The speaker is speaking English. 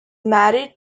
married